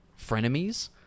frenemies